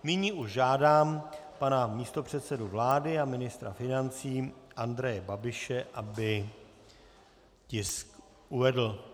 Nyní už žádám pana místopředsedu vlády a ministra financí Andreje Babiše, aby tisk uvedl.